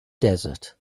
desert